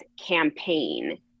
campaign